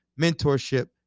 mentorship